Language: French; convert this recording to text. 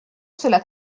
cela